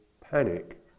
panic